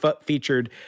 featured